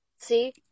see